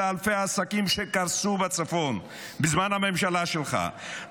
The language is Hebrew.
אלא אלפי עסקים שקרסו בצפון בזמן הממשלה שלך,